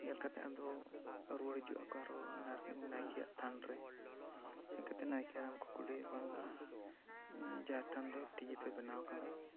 ᱧᱮᱞ ᱠᱟᱛᱮᱜ ᱟᱫᱚ ᱨᱩᱣᱟᱹᱲ ᱦᱤᱡᱩᱭᱟᱜ ᱠᱚ ᱟᱨᱦᱚᱸ ᱱᱟᱭᱠᱮ ᱱᱟᱭᱠᱮᱭᱟᱜ ᱛᱷᱟᱱ ᱨᱮ ᱦᱮᱡ ᱠᱟᱛᱮᱜ ᱱᱟᱭᱠᱮ ᱦᱟᱲᱟᱢ ᱠᱚ ᱠᱩᱞᱤᱭᱮᱭᱟ ᱵᱟᱝᱵᱟ ᱡᱟᱦᱮᱨ ᱛᱷᱟᱱ ᱫᱚ ᱴᱷᱤᱠ ᱜᱮᱯᱮ ᱵᱮᱱᱟᱣ ᱟᱠᱟᱫᱟ